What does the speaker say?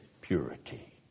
purity